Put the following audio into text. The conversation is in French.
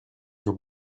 sur